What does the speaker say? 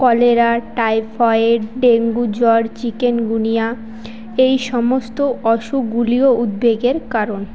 cholera typhoid dengue জ্বর chikungunya এই সমস্ত অসুখগুলিও উদ্বেগের কারণ